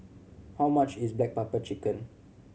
how much is black pepper chicken